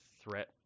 threat